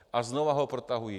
A znova ho protahují.